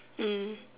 mm